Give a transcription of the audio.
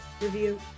review